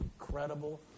incredible